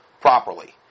properly